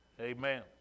Amen